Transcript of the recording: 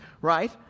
Right